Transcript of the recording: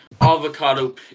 avocado